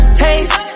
taste